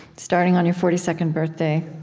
starting on your forty second birthday,